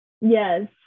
yes